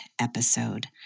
episode